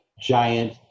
giant